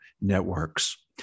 networks